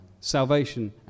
salvation